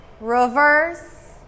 reverse